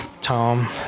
Tom